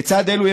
לצד אלו,